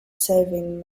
saving